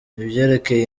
ibyerekeye